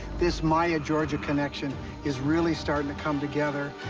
this maya-georgia connection is really starting to come together.